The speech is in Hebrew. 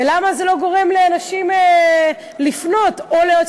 ולמה זה לא גורם לאנשים לפנות או ליועץ